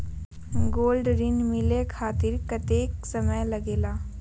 Gold ऋण मिले खातीर कतेइक समय लगेला?